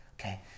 Okay